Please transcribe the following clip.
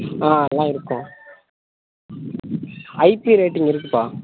ஆ அதெலாம் இருக்கும் IP rating இருக்குப்பா